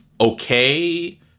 okay